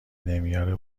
نمیاره